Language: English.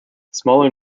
smaller